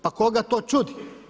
Pa koga to čudi?